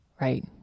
right